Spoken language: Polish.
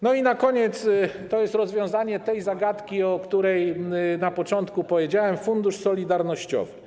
Na koniec jest rozwiązanie tej zagadki, o której na początku powiedziałem - Fundusz Solidarnościowy.